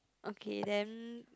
okay then